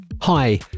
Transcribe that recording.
Hi